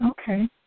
Okay